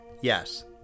Yes